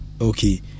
okay